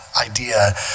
idea